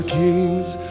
kings